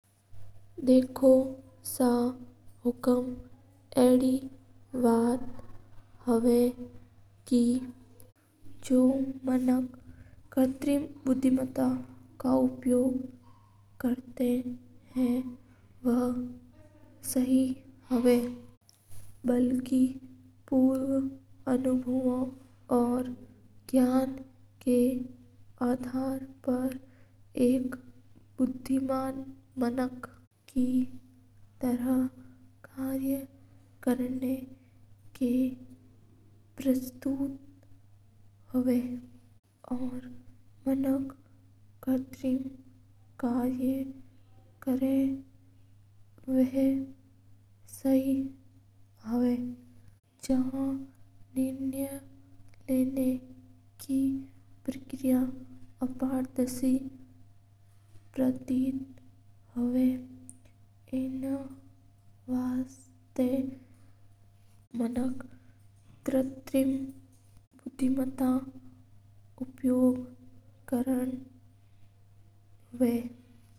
देखो सा हुक्म एडी बात हवा के एक बोफी मान मनक हर चीज़ ना सो शमे ना करया करा है। और निर्णय लेना के समता बे अप्रीज़िंग होवे है।